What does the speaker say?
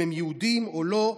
אם הם יהודים או לא,